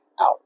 out